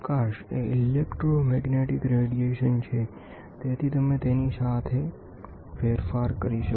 પ્રકાશ એ electromagnetic radiation છે તેથી તમે તેની સાથે રમી શકો